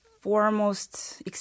foremost